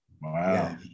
Wow